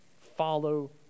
follow